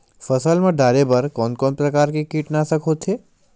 फसल मा डारेबर कोन कौन प्रकार के कीटनाशक होथे?